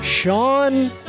Sean